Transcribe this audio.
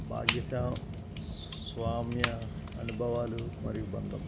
భాగ్యస స్వామ్య అనుభవాలు మరియు బంధం